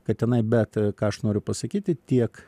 kad tenai bet ką aš noriu pasakyti tiek